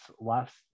last